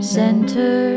center